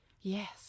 Yes